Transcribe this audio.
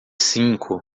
cinco